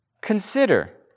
Consider